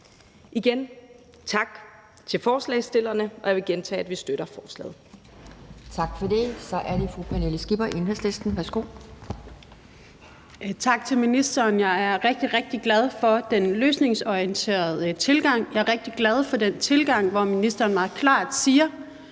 sige tak til forslagsstillerne, og jeg vil gentage, at vi støtter forslaget. Kl. 12:00 Anden næstformand (Pia Kjærsgaard): Tak for det. Så er det fru Pernille Skipper, Enhedslisten. Værsgo. Kl. 12:00 Pernille Skipper (EL): Tak til ministeren. Jeg er rigtig, rigtig glad for den løsningsorienterede tilgang. Jeg er rigtig glad for den tilgang, hvor ministeren meget klart siger,